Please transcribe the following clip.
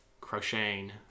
crocheting